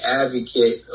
advocate